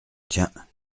tiens